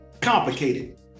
Complicated